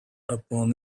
upon